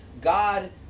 God